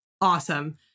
Awesome